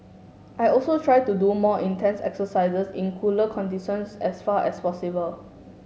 I also try to do my more intense exercises in cooler conditions as far as possible